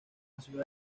ciudad